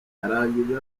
arangiza